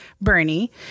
Bernie